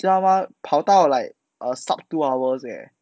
知道吗跑到 like err sup two hours leh